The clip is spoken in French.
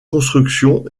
construction